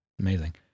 Amazing